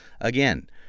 Again